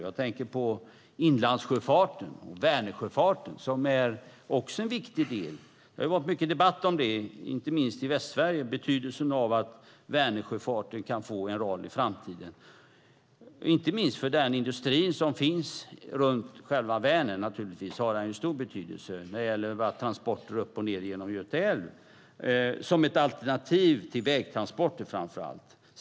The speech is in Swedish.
Jag tänker på inlandssjöfarten, Vänersjöfarten, som också är en viktig del. Det har varit mycket debatt om betydelsen av att Vänersjöfarten kan få en roll i framtiden, speciellt i Västsverige. Inte minst för den industri som finns runt själva Vänern har den naturligtvis stor betydelse när det gäller transporter uppför och nedför Göta älv, som ett alternativ till vägtransporter framför allt.